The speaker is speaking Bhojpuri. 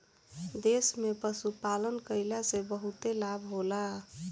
देश में पशुपालन कईला से बहुते लाभ होला